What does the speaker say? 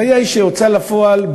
הבעיה היא שהוצאה לפועל,